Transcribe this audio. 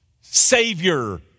Savior